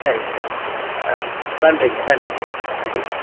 சரிங்க சார் நன்றிங்க நன்றிங்க ம்